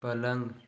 पलंग